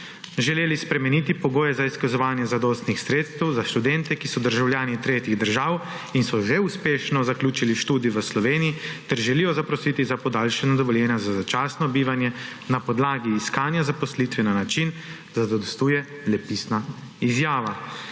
želeli spremeniti pogoje za izkazovanja zadostnih sredstev za študente, ki so državljani tretjih držav in so že uspešno zaključili študij v Sloveniji ter želijo zaprositi za podaljšanje dovoljenja za začasno bivanje na podlagi iskanja zaposlitve na način, da zadostuje le pisna izjava.